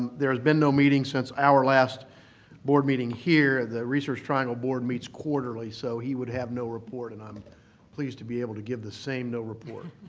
there has been no meeting since our last board meeting here. the research triangle board meets quarterly so he would have no report and i'm pleased to be able to give the same no report.